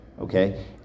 okay